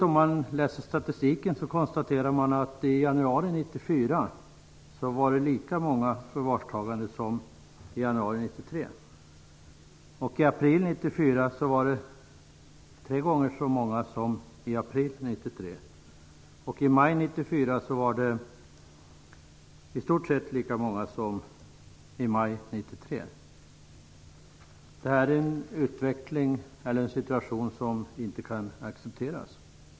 Om man läser statistiken kan man samtidigt konstatera att det i januari 1994 var lika många i förvar som i januari 1993. I april 1994 var det tre gånger så många som i april 1993. I maj 1994 var det i stort sett lika många som i maj 1993. Detta är en situation som inte kan accepteras.